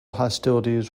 hostilities